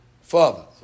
father